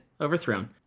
overthrown